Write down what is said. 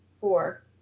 Four